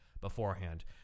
beforehand